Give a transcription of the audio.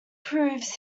proves